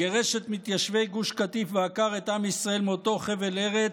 גירש את מתיישבי גוש קטיף ועקר את עם ישראל מאותו חבל ארץ,